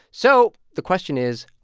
so the question is,